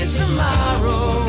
tomorrow